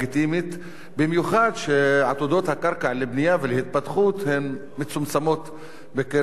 במיוחד שעתודות הקרקע לבנייה ולהתפתחות הן מצומצמות ביישובים הערביים.